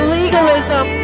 legalism